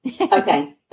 Okay